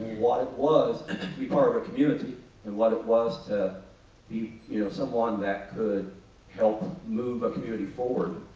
what it was and to be part of a community and what it was be you know someone that could help move a community forward.